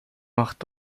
macht